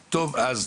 אפשרויות.